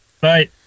Bye